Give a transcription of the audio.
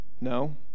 No